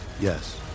Yes